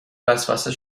وسوسه